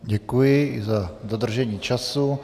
Děkuji za dodržení času.